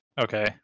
Okay